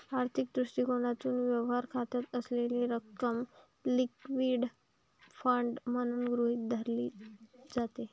आर्थिक दृष्टिकोनातून, व्यवहार खात्यात असलेली रक्कम लिक्विड फंड म्हणून गृहीत धरली जाते